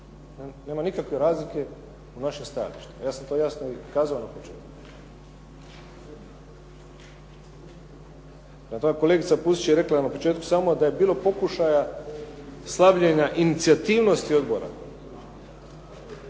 nema nikakve razlike o našem stajalištu. Ja sam to jasno i kazao na početku. Prema tome, kolegica Pusić je rekla na početku samo da je bilo pokušaja slabljenja inicijativnosti odbora.